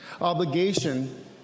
obligation